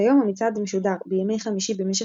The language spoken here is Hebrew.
כיום המצעד משודר בימי חמישי במשך